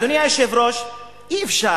אדוני היושב-ראש, אי-אפשר,